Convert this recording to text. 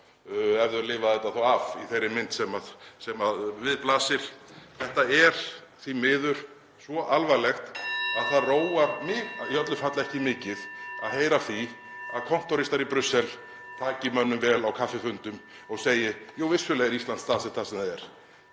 ef þau lifi þetta af í þeirri mynd sem við blasir. Þetta er því miður svo alvarlegt að (Forseti hringir.) það róar mig í öllu falli ekki mikið að heyra af því að kontóristar í Brussel taki mönnum vel á kaffifundum og segi: Jú, vissulega er Ísland staðsett þar sem það er.